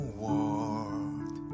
world